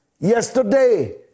yesterday